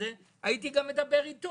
הייתי גם מדבר איתו.